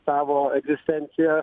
savo egzistenciją